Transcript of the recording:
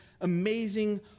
amazing